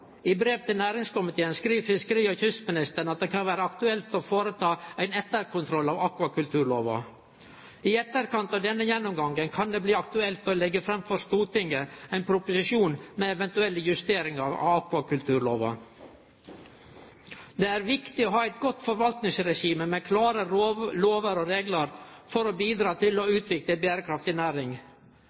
I brev til næringskomiteen skriv fiskeri- og kystministeren at det kan vere aktuelt «å foreta en etterkontroll» av akvakulturlova. I etterkant av denne gjennomgangen kan det bli aktuelt å leggje fram for Stortinget ein proposisjon med eventuelle justeringar av akvakulturlova. Det er viktig å ha eit godt forvaltningsregime med klare lover og reglar for å bidra til å utvikle ei berekraftig næring.